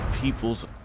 people's